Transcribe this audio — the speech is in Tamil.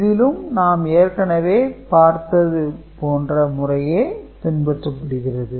இதிலும் நாம் ஏற்கனவே பார்த்தது போன்ற முறையே பின்பற்றப்படுகிறது